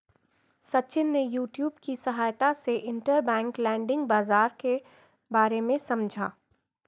सचिन ने यूट्यूब की सहायता से इंटरबैंक लैंडिंग बाजार के बारे में समझा